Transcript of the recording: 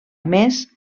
més